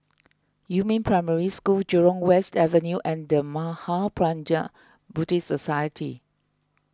Yumin Primary School Jurong West Avenue and the Mahaprajna Buddhist Society